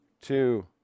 two